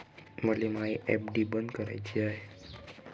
मले मायी एफ.डी बंद कराची हाय